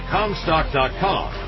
Comstock.com